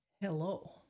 Hello